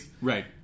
Right